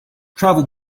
travel